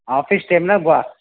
office ಟೈಮ್ನಾಗ ಬಾ